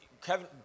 Kevin